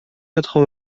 quatre